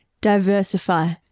diversify